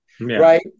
right